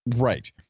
Right